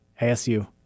ASU